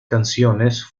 canciones